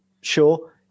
sure